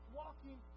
walking